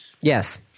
Yes